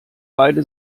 beide